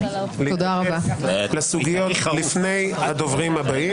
להתייחס לסוגיות לפני הדוברים הבאים.